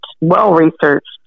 well-researched